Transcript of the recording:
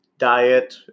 diet